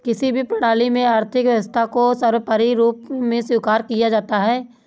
किसी भी प्रणाली में आर्थिक व्यवस्था को सर्वोपरी रूप में स्वीकार किया जाता है